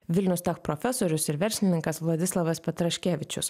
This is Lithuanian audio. vilnius tech profesorius ir verslininkas vladislavas petraškevičius